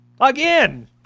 again